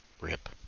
Rip